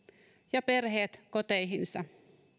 ja perheet koteihinsa